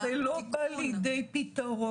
-- אבל זה לא בא לידי פתרון.